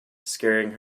scaring